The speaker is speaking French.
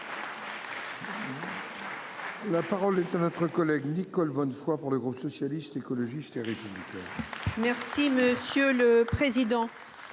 La parole est à votre collègue Nicole Bonnefoy, pour le groupe socialiste écologiste. Thierry Philippe. Merci monsieur le président.